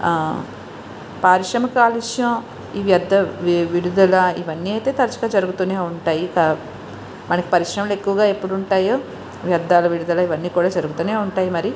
పారిశ్రామిక కాలుష్యం ఈ వ్యర్ధ విడుదల ఇవన్నీ అయితే తరచుగా జరుగుతూనే ఉంటాయి మనకి పరిశ్రమలు ఎక్కువగా ఎప్పుడు ఉంటాయో వ్యర్ధాల విడుదల ఇవన్నీ కూడా జరుగుతూనే ఉంటాయి మరి